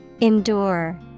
Endure